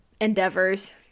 endeavors